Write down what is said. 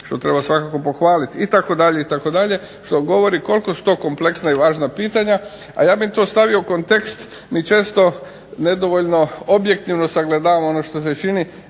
što treba svakako pohvaliti itd. Što govori koliko su to kompleksna i važna pitanja, a ja bih to stavio u kontekst mi dosta često nedovoljno objektivno sagledavamo ono što se čini